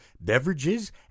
beverages